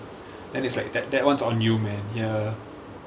then it's like that that one's on you man ya